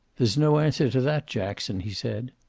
there's no answer to that, jackson, he said.